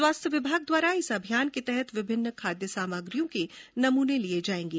स्वास्थ्य विभाग द्वारा इस अभियान के तहत विभिन्न खाद्य सामग्रियों के नमूने लिये जायेंगे